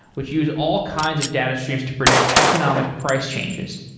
which use all kinds of data streams to predict economic price changes.